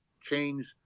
change